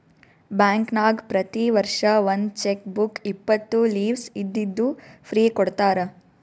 ಬ್ಯಾಂಕ್ನಾಗ್ ಪ್ರತಿ ವರ್ಷ ಒಂದ್ ಚೆಕ್ ಬುಕ್ ಇಪ್ಪತ್ತು ಲೀವ್ಸ್ ಇದ್ದಿದ್ದು ಫ್ರೀ ಕೊಡ್ತಾರ